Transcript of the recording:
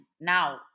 now